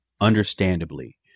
understandably